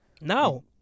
now